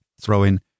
throw-in